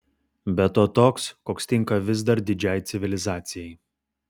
be to toks koks tinka vis dar didžiai civilizacijai